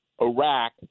Iraq